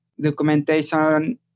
documentation